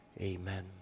Amen